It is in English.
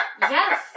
Yes